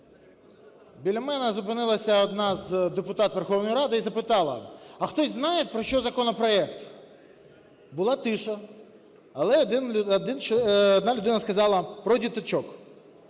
біля мене зупинилася одна з депутатів Верховної Ради і запитала: "А хтось знає, про що законопроект?" Була тиша, але одна людина сказала: "Про діточок".